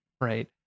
right